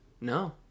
No